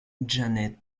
janet